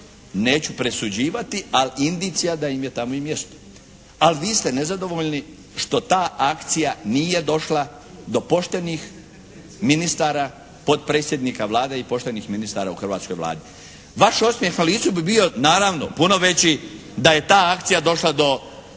neću presuđivati ali indicija da im je tamo i mjesto. A vi ste nezadovoljni što ta akcija nije došla do poštenih ministara, potpredsjednika Vlade i poštenih ministara u hrvatskoj Vladi. Vaš osmjeh na licu bi bio naravno puno veći da je ta akcija došla do